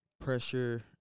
pressure